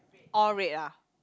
all red ah